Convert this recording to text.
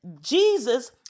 Jesus